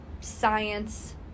science